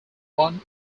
one